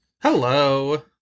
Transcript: Hello